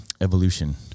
evolution